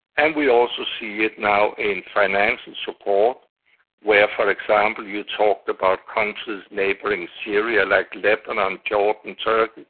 and we also see it now in financial support where for example you talk about countries neighbouring syria like lebanon, jordan, turkey,